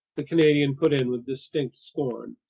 the canadian put in with distinct scorn.